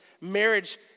marriage